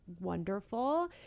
wonderful